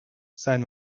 seien